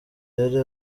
yari